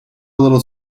little